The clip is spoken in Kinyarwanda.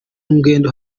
ngendo